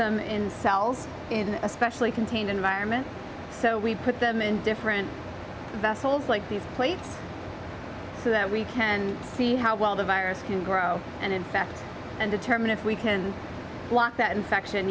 a specially contained environment so we put them in different vessels like the plague so that we can see how well the virus can grow and in fact and determine if we can block that infection